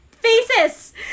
faces